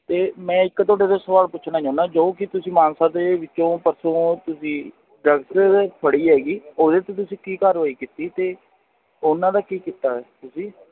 ਅਤੇ ਮੈਂ ਇੱਕ ਤੁਹਾਡੇ ਤੋਂ ਸਵਾਲ ਪੁੱਛਣਾ ਚਾਹੁੰਦਾ ਜੋ ਕਿ ਤੁਸੀਂ ਮਾਨਸਾ ਦੇ ਵਿੱਚੋਂ ਪਰਸੋਂ ਤੁਸੀਂ ਡਰੱਗਜ਼ ਫੜ੍ਹੀ ਹੈਗੀ ਉਹਦੇ 'ਤੇ ਤੁਸੀਂ ਕੀ ਕਾਰਵਾਈ ਕੀਤੀ ਅਤੇ ਉਹਨਾਂ ਦਾ ਕੀ ਕੀਤਾ ਤੁਸੀਂ